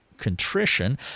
contrition